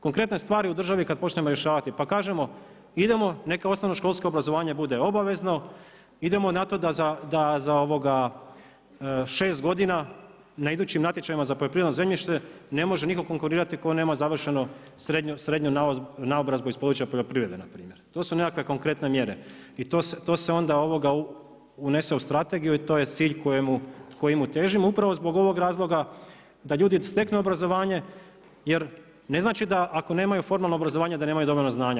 Konkretne stvari u državi kad počnemo rješavati, pa kažemo idemo, neka osnovnoškolsko obrazovanje bude obavezno, idemo na to da za 6 godina na idućim natječajima za poljoprivredno zemljište ne može nitko konkurirati tko nema završenu srednju naobrazbu iz područja poljoprivrede, npr. To su nekakve konkretne mjere i to se onda unese u strategiju i to je cilj kojemu težim upravo zbog ovog razloga da ljudi steknu obrazovanje, jer ne znači da ako nemaju formalno obrazovanje, nemaju dovoljno znanja.